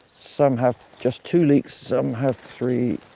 some have just two leeks, some have three.